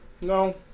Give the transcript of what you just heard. no